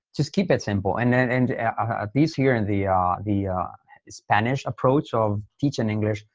just keep it simple and and and ah this year in the ah the spanish approach of teaching english,